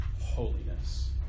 holiness